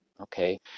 okay